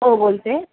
हो बोलते